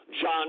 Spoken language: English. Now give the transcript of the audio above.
John